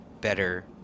better